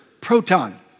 proton